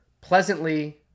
pleasantly